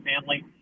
family